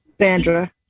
Sandra